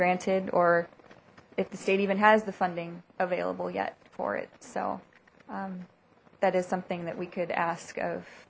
granted or if the state even has the funding available yet for it so that is something that we could ask of